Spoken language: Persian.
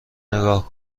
نگاه